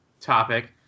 topic